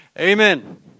amen